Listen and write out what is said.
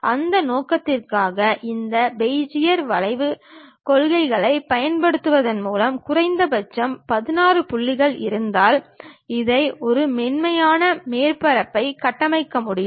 அந்த நோக்கத்திற்காக இந்த பெஜியர் வளைவுக் கொள்கைகளைப் பயன்படுத்துவதன் மூலம் குறைந்தபட்சம் 16 புள்ளிகள் இருந்தால் இதை ஒரு மென்மையான மேற்பரப்பைக் கட்டமைக்க முடியும்